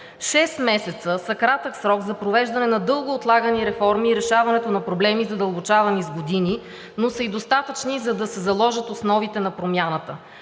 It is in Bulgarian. Шест месеца са кратък срок за провеждане на дълго отлагани реформи и решаването на проблеми, задълбочавани с години, но са и достатъчни, за да се заложат основите на промяната.